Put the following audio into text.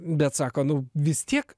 bet sako nu vis tiek